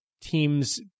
teams